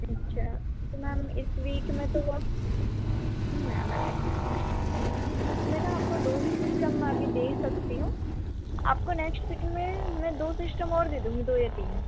اچھا تو میم اس ویک میں تو بہت میم ایکچولی میں اسی ویک میں نا آپ کو دو ہی سسٹم میں ابھی دے سکتی ہوں آپ کو نیکسٹ ویک میں میں دو سسٹم اور دے دوں گی دو یا تین